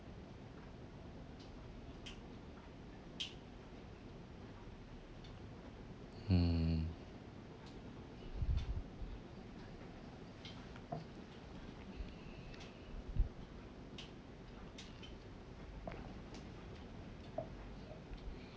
hmm